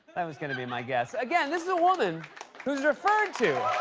that was gonna be my guess. again, this is a woman who's referred to